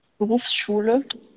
Berufsschule